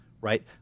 right